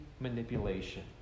manipulation